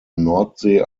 nordsee